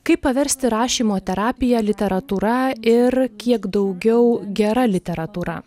kaip paversti rašymo terapiją literatūra ir kiek daugiau gera literatūra